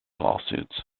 lawsuits